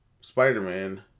Spider-Man